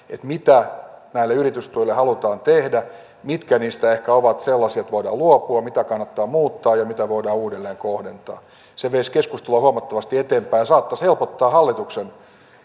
mitä näille yritystuille halutaan tehdä mitkä niistä ehkä ovat sellaisia joista voidaan luopua mitä kannattaa muuttaa ja mitä voidaan uudelleen kohdentaa se veisi keskustelua huomattavasti eteenpäin ja saattaisi helpottaa hallituksen